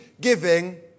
giving